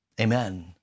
Amen